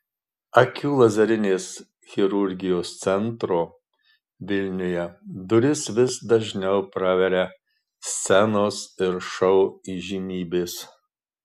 akių lazerinės chirurgijos centro vilniuje duris vis dažniau praveria scenos ir šou įžymybės